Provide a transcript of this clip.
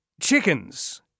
chickens